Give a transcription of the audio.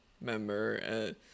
member